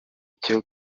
cyo